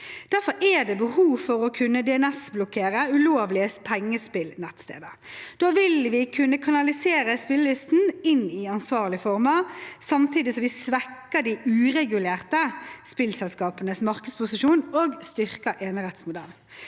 Derfor er det behov for å kunne DNS-blokkere ulovlige pengespillnettsteder. Da vil vi kunne kanalisere spillelysten inn i ansvarlige former, samtidig som vi svekker de uregulerte spillselskapenes markedsposisjon og styrker enerettsmodellen.